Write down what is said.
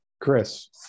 Chris